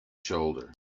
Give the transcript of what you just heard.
shoulder